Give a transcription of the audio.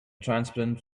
transparent